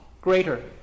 greater